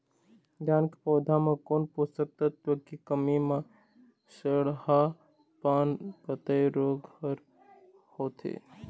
धान के पौधा मे कोन पोषक तत्व के कमी म सड़हा पान पतई रोग हर होथे?